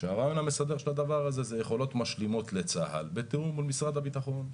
כשהרעיון המסדר זה יכולות משלימות לצה"ל בתיאום מול משרד הביטחון.